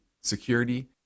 security